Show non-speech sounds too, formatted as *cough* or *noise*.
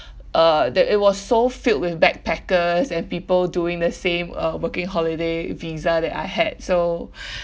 uh that it was so filled with backpackers and people doing the same uh working holiday visa that I had so *breath*